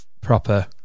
proper